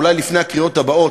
אולי לפני הקריאות הבאות,